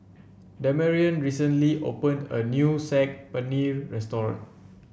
Damarion recently opened a new Saag Paneer Restaurant